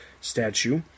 statue